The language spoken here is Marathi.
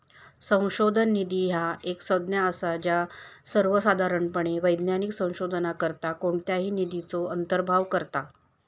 संशोधन निधी ह्या एक संज्ञा असा ज्या सर्वोसाधारणपणे वैज्ञानिक संशोधनाकरता कोणत्याही निधीचो अंतर्भाव करता